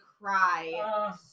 cry